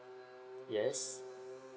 yes